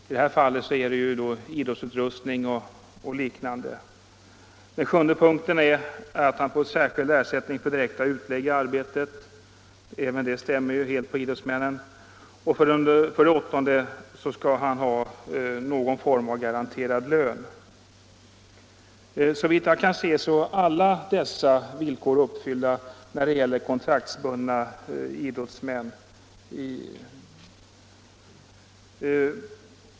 I detta fall är det fråga om idrottsutrustning och liknande. För det sjunde gäller att arbetstagaren får särskild ersättning för direkta utlägg i arbetet — även detta stämmer helt in på idrottsmännen — och för det åttonde skall han ha åtminstone någon garanterad lön. Såvitt jag kan se är alla dessa villkor uppfyllda när det gäller kontraktsbundna idrottsmän.